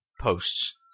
posts